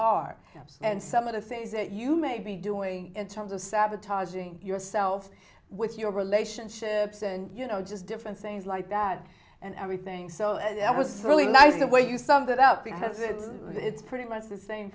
are and some of the things that you may be doing in terms of sabotaging yourself with your relationships and you know just different things like that and everything so it was really nice the way you summed it up it has it it's pretty much the same